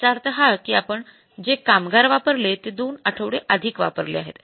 याचा अर्थ हा कि आपण जे कामगार वापरले ते २ आठवडे अधिक वापरले आहेत